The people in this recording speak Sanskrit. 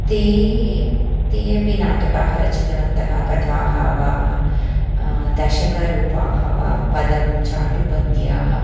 ते ते अपि नाटकानि रचितवन्तः कथाः वाः दशकरूपाणि वा पदं चाटुपद्याः